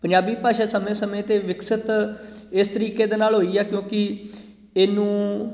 ਪੰਜਾਬੀ ਭਾਸ਼ਾ ਸਮੇਂ ਸਮੇਂ 'ਤੇ ਵਿਕਸਿਤ ਇਸ ਤਰੀਕੇ ਦੇ ਨਾਲ ਹੋਈ ਆ ਕਿਉਂਕਿ ਇਹਨੂੰ